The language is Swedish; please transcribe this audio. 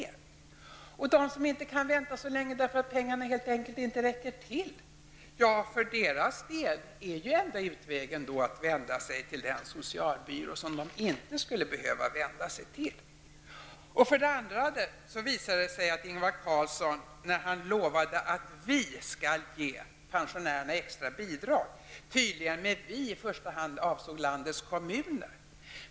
Och hur går det för den som inte kan vänta så länge därför att pengarna helt enkelt inte räcker till, socialministern? Den enda utvägen för dem blir ju då att uppsöka den socialbyrå, som de inte skulle behöva vända sig till. För det andra visade det sig att Ingvar Carlsson, när han lovade att ''vi skall ge'' pensionärerna extra bidrag, tydligen med ''vi'' i första hand avsåg landets kommuner.